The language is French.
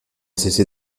cessé